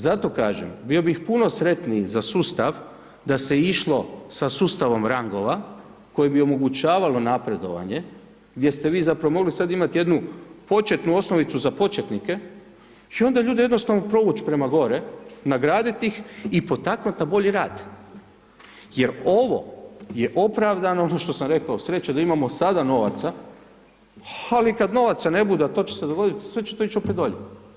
Zato kažem, bio bih puno sretniji za sustav da se išlo sa sustavom rangova koji bi omogućavalo napredovanje gdje ste vi zapravo mogli sad imati jednu početnu osnovicu za početnike i onda ljude jednostavno provuć prema gore, nagradit ih i potaknut na bolji rad jer ovo je opravdano, ono što sam rekao, sreće da imamo sada novaca, ali kad novaca ne bude, a to će se dogodit, sve će to ić opet dolje.